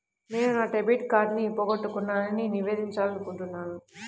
నేను నా డెబిట్ కార్డ్ని పోగొట్టుకున్నాని నివేదించాలనుకుంటున్నాను